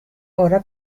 ora